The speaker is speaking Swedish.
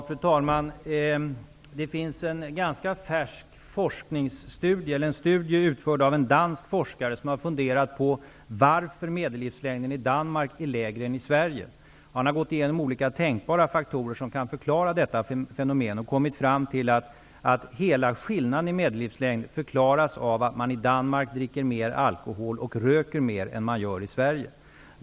Fru talman! Det finns en ganska färsk studie utförd av en dansk forskare, som har funderat på varför medellivslängden i Danmark är lägre än medellivslängden i Sverige. Den här forskaren har gått igenom olika tänkbara faktorer som kan förklara detta fenomen och kommit fram till att skillnaden i medellivslängd förklaras av att man i Danmark dricker mer alkohol och röker mer än vad man gör i Sverige.